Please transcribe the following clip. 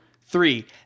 three